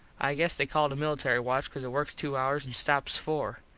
i guess they call it a military watch cause it works two hours and stops four.